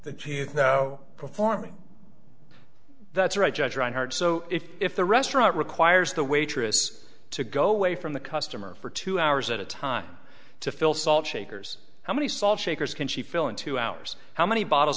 is now performing that's right judge reinhart so if the restaurant requires the waitress to go away from the customer for two hours at a time to fill salt shakers how many salt shakers can she fill in two hours how many bottles